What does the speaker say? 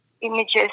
images